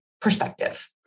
perspective